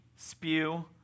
spew